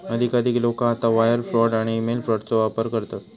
अधिकाधिक लोका आता वायर फ्रॉड आणि ईमेल फ्रॉडचो वापर करतत